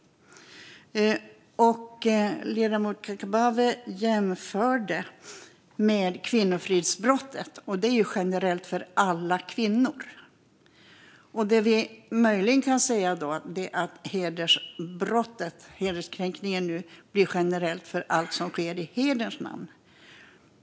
Ledamoten Kakabaveh jämför det med kvinnofridsbrottet, och det är generellt för alla kvinnor. Vi kan möjligen säga att hederskränkningen blir generell för allt som sker i hederns namn.